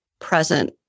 present